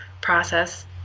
process